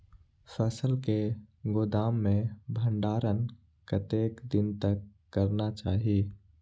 फसल के गोदाम में भंडारण कतेक दिन तक करना चाही?